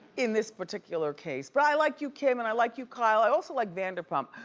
in this particular case. but i like you, kim, and i like you, kyle. i also like vanderpump.